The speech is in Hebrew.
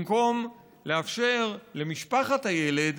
במקום לאפשר למשפחת הילד